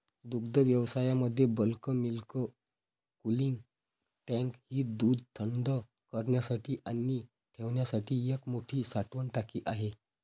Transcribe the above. दुग्धव्यवसायामध्ये bulk milk cooling tank ही दूध थंड करण्यासाठी आणि ठेवण्यासाठी एक मोठी साठवण टाकी आहे